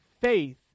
faith